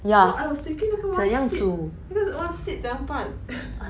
so I was thinking 那个 one seed 怎样办